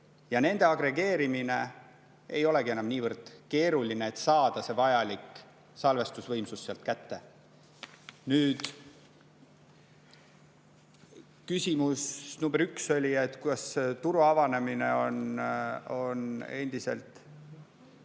Nende agregeerimine ei olegi enam niivõrd keeruline, et saada vajalik salvestusvõimsus sealt kätte. Nüüd, küsimus number üks oli, et kuidas see turu avanemine on endiselt